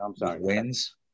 wins –